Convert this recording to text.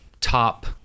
top